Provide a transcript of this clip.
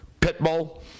Pitbull